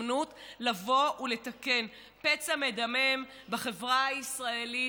הזדמנות לבוא ולתקן פצע מדמם בחברה הישראלית,